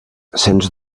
sens